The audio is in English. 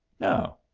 no,